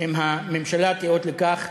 אם הממשלה תיאות לכך,